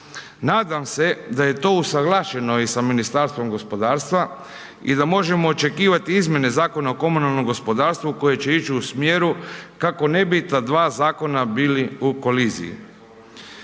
Nadam se da je to usuglašeno i sa Ministarstvom gospodarstva i da možemo očekivati izmjene Zakona o komunalnom gospodarstvu koje će ići u smjeru kako ne bi ta dva zakona bili u koliziji.